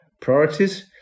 priorities